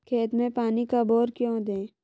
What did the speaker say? खेत में पानी कब और क्यों दें?